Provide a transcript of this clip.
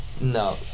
No